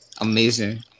Amazing